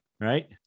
right